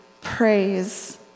praise